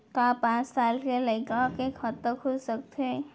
का पाँच साल के लइका के खाता खुल सकथे?